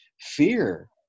fear